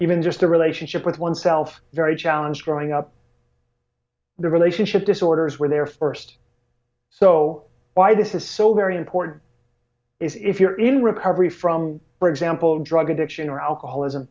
even just a relationship with oneself very challenging growing up the relationship disorders were there first so why this is so very important is if you're in recovery from for example drug addiction or alcoholism